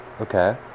Okay